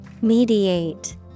Mediate